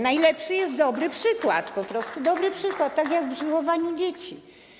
Najlepszy jest dobry przykład, po prostu dobry przykład, tak jak przy wychowywaniu dzieci.